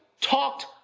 talked